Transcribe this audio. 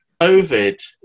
COVID